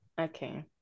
okay